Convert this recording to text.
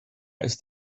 ist